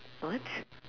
what